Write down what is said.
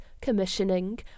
commissioning